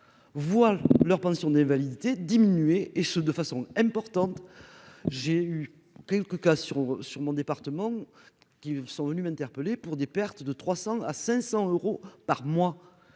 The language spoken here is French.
voile leur pension d'invalidité diminuer et ce de façon importante, j'ai eu quelques cas sur sur mon département qui sont venus interpeller pour des pertes de 300 à 500 euros par mois,